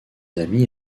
amis